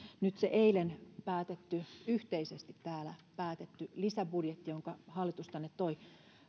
nyt se eilen yhteisesti täällä päätetty lisäbudjetti jonka hallitus tänne toi